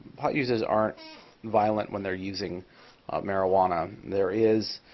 pot users aren't violent when they're using marijuana. there is,